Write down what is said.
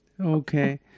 Okay